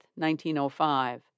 1905